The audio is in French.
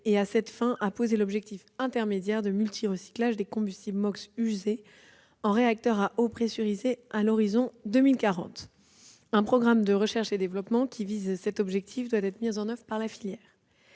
il a fixé un objectif intermédiaire de multirecyclage des combustibles MOX usés en réacteur à eau pressurisée à l'horizon 2040. Un programme de recherche et développement dédié à cet objectif doit être mis en oeuvre par la filière.